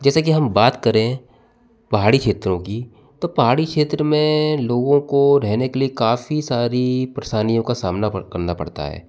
जैसे कि हम बात करें पहाड़ी क्षेत्रों की तो पहाड़ी क्षेत्र में लोगों को रहने के लिए काफ़ी सारी परेशानियों का सामना पड़ करना पड़ता है